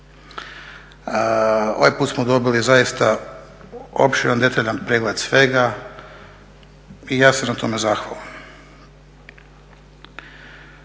Ovaj put smo dobili zaista opširan, detaljan pregled svega i ja sam na tome zahvalan.